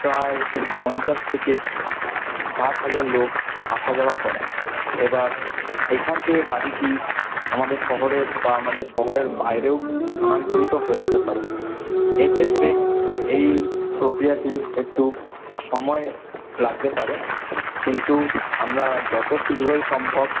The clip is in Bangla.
প্রায় পঞ্চাশ থেকে ষাট হাজার লোক আসা যাওয়া করে এবার এখান থেকে গাড়িটি আমাদের শহরের বা আমাদের শহরের বাইরেও স্থানান্তরিত হয়ে যেতে পারে এক্ষেত্রে এই প্রক্রিয়াটি একটু সময় লাগতে পারে কিন্তু আমরা যত শীঘ্রই সম্ভব